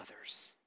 others